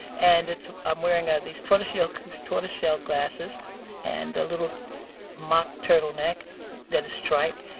and it's i'm wearing ah these tortoise yeah ah tortoise shell glasses and a little mock turtleneck that is striped.